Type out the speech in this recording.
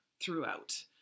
Throughout